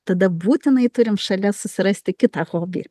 tada būtinai turim šalia susirasti kitą hobį